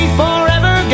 forever